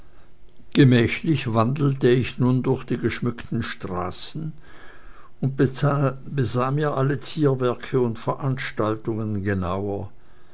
gemächlich wandelte ich nun durch die geschmückten straßen und besah mir alle zierwerke und veranstaltungen genauer